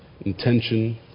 Intention